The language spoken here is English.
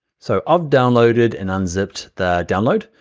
so i've downloaded and unzipped the download.